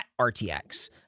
RTX